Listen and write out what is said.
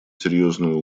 серьезную